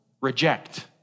reject